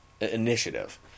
initiative